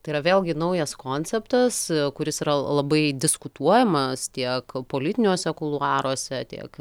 tai yra vėlgi naujas konceptas kuris yra labai diskutuojamas tiek politiniuose kuluaruose tiek